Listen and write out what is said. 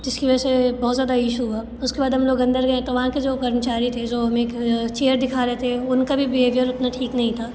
जिसकी वजह से बहुत ज़्यादा ईशू हुआ उसके बाद हम लोग अंदर गए तो वहाँ के जो कर्मचारी थे जो हमें एक चेयर दिखा रहे थे उनका भी बिहेवियर उतना ठीक नहीं था